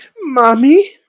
mommy